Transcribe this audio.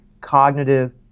cognitive